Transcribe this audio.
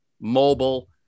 mobile